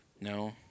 No